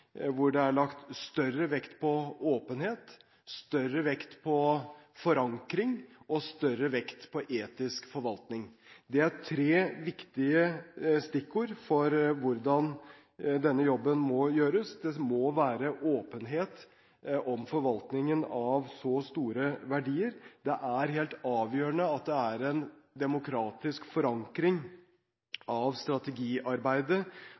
hvor det er lagt større vekt på åpenhet, større vekt på forankring og større vekt på etisk forvaltning. Det er tre viktige stikkord for hvordan denne jobben må gjøres. Det må være åpenhet om forvaltningen av så store verdier. Det er helt avgjørende at det er en demokratisk forankring av strategiarbeidet